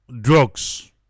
drugs